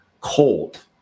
cold